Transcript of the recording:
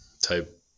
type